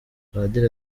padiri